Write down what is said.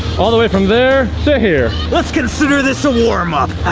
all the way from there to here? let's consider this a warm up.